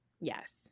Yes